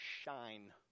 shine